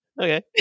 Okay